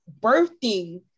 birthing